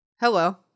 Hello